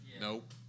Nope